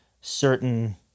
Certain